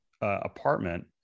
apartment